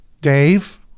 Dave